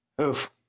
Oof